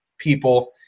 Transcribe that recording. People